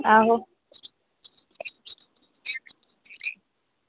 आहो